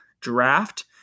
draft